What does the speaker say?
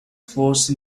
force